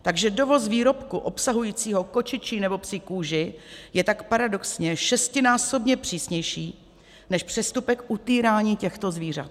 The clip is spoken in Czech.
Takže dovoz výrobku obsahujícího kočičí nebo psí kůži je tak paradoxně šestinásobně přísnější než přestupek utýrání těchto zvířat.